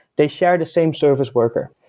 they share the same service worker.